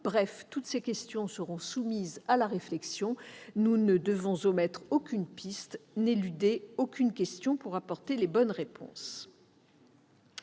? Toutes ces questions seront soumises à la réflexion ; nous ne devons omettre aucune piste et n'éluder aucune question pour apporter les bonnes réponses.